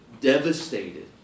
devastated